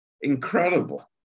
incredible